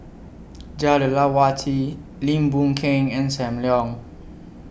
Jah Lelawati Lim Boon Keng and SAM Leong